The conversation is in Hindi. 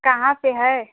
कहाँ पर है